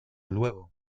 luego